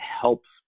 helps